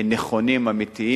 נכונים, אמיתיים,